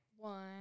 One